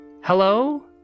Hello